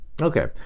Okay